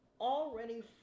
already